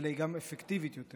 אלא היא גם אפקטיבית יותר.